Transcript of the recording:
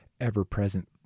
ever-present